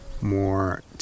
more